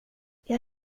jag